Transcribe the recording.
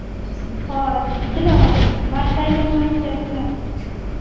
ᱦᱳᱭ ᱛᱤᱱᱟᱹᱜ ᱵᱟᱨ ᱴᱟᱭᱤᱢ ᱮᱢᱟᱭ ᱥᱮ ᱛᱤᱱᱟᱹᱜ